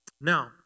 Now